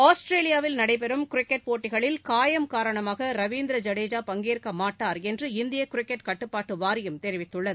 ஆஸ்திரேலியாவில் நடைபெறும் கிரிக்கெட் போட்டிகளில் காயம் காரணமாகரவீந்திர ஜடேஜா பங்கேற்கமாட்டடார் என்று இந்தியகிரிக்கெட் கட்டுப்பாட்டுவாரியம் தெரிவித்துள்ளது